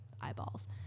eyeballs